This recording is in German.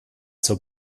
zur